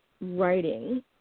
writing